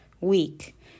week